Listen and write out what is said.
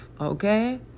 Okay